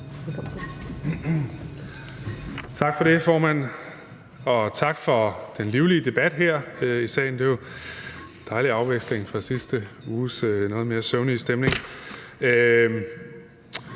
Tak for det, formand. Og tak for den livlige debat her i salen. Det er jo en dejlig afveksling fra sidste uges noget mere søvnige stemning.